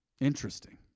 Interesting